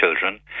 children